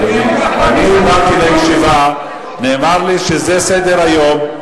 אדוני, אני באתי לישיבה, נאמר לי שזה סדר-היום.